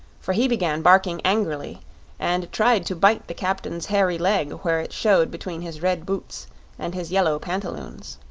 for he began barking angrily and tried to bite the captain's hairy leg where it showed between his red boots and his yellow pantaloons.